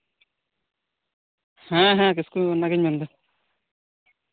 ᱦᱮᱸᱦᱮᱸ ᱠᱤᱥᱠᱩᱜᱤᱧ ᱢᱮᱱᱫᱟ